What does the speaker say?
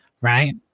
Right